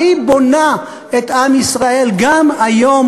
והיא בונה את עם ישראל גם היום,